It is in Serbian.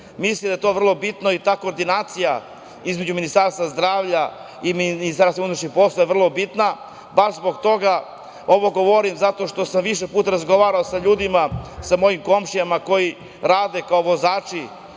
da je to vrlo bitno. Ta koordinacija između Ministarstva zdravlja i Ministarstva unutrašnjih poslova je vrlo bitna, baš zbog toga. Ovo govorim zato što sam više puta razgovarao sa ljudima, sa mojim komšijama koji rade u domu